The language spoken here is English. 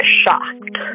shocked